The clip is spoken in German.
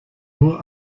nur